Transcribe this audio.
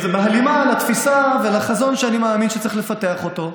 וזה בהלימה לתפיסה ולחזון שאני מאמין שצריך לפתח אותו.